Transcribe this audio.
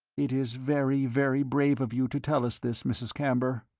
it is very, very brave of you to tell us this, mrs. camber.